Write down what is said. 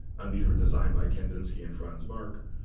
and these were designed by kandinsky and franz marc.